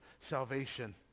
salvation